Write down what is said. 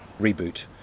reboot